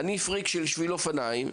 אני פריק של שביל אופניים,